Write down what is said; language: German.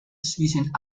zwischen